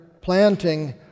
planting